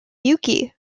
yuki